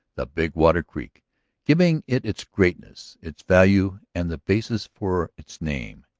the big water creek giving it its greenness, its value, and the basis for its name.